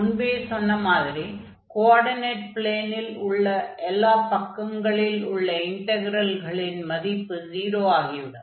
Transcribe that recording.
முன்பே சொன்ன மாதிரி கோஆர்டினேட் ப்ளேனில் உள்ள எல்லாப் பக்கங்களில் உள்ள இன்டக்ரெல்களின் மதிப்பு 0 ஆகிவிடும்